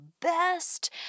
best